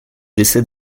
décès